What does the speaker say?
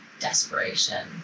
desperation